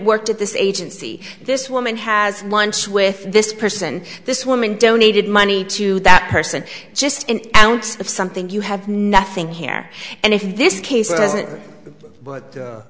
worked at this agency this woman has lunch with this person this woman donated money to that person just an ounce of something you have nothing here and if this case